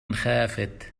خافت